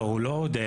לא, הוא לא עודף.